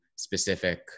specific